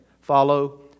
Follow